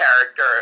character